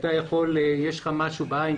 יש לך משהו בעין,